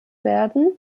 werden